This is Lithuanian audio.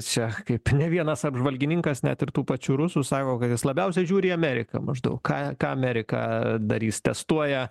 čia kaip ne vienas apžvalgininkas net ir tų pačių rusų sako kad jis labiausiai žiūri į ameriką maždaug ką ką amerika darys testuoja